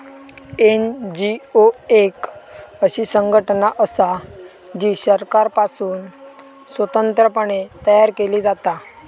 NGO एक अशी संघटना असा जी सरकारपासुन स्वतंत्र पणे तयार केली जाता